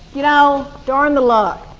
you know, darn the luck.